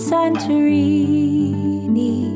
Santorini